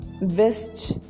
West